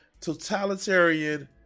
totalitarian